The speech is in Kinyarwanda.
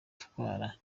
gutwara